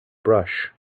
brush